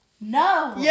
No